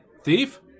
Thief